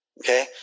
Okay